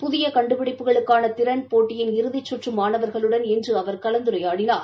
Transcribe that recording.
புதிய கண்டுபிடிப்புகளுக்கான திறன் போட்டியின் இறுதிக்கற்று மாணவர்களுடன் இன்று அவர் கலந்துரையாடினார்